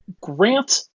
Grant